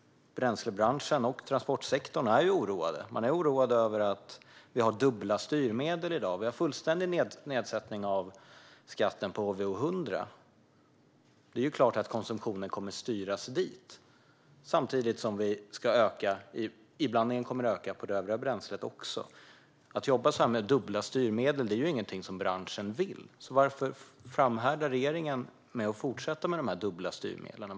Bränslebranschen och transportsektorn är oroade. Man oroas av att vi har dubbla styrmedel i dag. Vi har en fullständig nedsättning av skatten på HVO100. Det är klart att konsumtionen kommer att styras dit, samtidigt som inblandningen kommer att öka för övriga bränslen också. Att jobba med dubbla styrmedel är inte något som branschen vill, så varför framhärdar regeringen i att fortsätta med de dubbla styrmedlen?